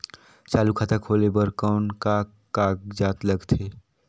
चालू खाता खोले बर कौन का कागजात लगथे?